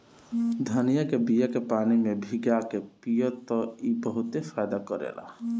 धनिया के बिया के पानी में भीगा के पिय त ई बहुते फायदा करेला